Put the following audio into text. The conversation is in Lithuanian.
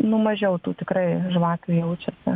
nu mažiau tų tikrai žvakių jaučiasi